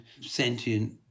sentient